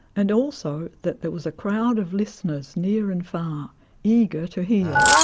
and also that there was a crowd of listeners near and far eager to hear.